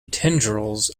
tendrils